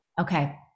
Okay